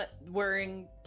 wearing